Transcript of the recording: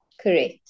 Correct